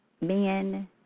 men